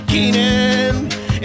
Keenan